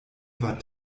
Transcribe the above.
war